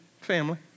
family